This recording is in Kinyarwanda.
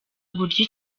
uburyo